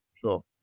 Sure